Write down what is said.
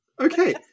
Okay